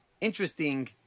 interesting